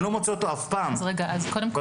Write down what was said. אני לא מוצא אותו אף פעם בנושא הזה.